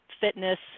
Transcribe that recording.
fitness